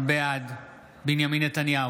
בעד בנימין נתניהו,